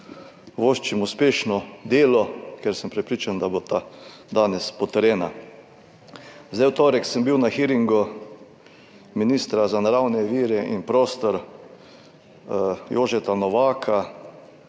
voščim uspešno delo, ker sem prepričan, da bosta danes potrjena. V torek sem bil na hearingu ministra za naravne vire in prostor Jožeta Novaka,